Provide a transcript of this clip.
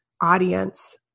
audience